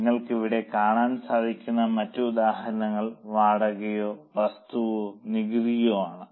നിങ്ങൾക്ക് ഇവിടെ കാണാൻ സാധിക്കുന്ന മറ്റു ഉദാഹരണങ്ങൾ വാടകയോ വസ്തുവോ നികുതിയോ ആണ്